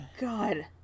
God